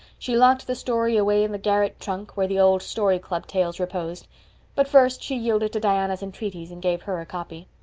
she locked the story away in the garret trunk where the old story club tales reposed but first she yielded to diana's entreaties and gave her a copy.